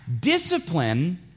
discipline